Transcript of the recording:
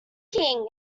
joking